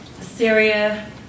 Syria